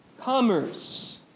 commerce